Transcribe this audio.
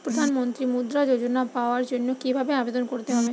প্রধান মন্ত্রী মুদ্রা যোজনা পাওয়ার জন্য কিভাবে আবেদন করতে হবে?